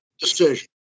decision